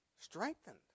Strengthened